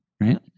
right